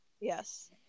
Yes